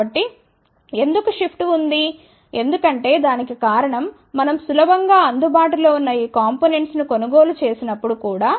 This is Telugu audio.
కాబట్టి ఎందుకు షిఫ్ట్ ఉంది ఎందుకంటే దానికి కారణం మనం సులభం గా అందుబాటులో ఉన్న ఈ కాంపోనెంట్స్ ను కొనుగోలు చేసినప్పుడు కూడా